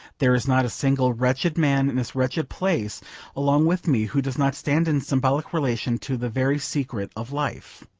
there is not a single wretched man in this wretched place along with me who does not stand in symbolic relation to the very secret of life.